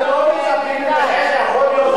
אנחנו לא מצפים ממך הרבה, אנחנו לא מצפים ממך.